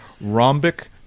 Rhombic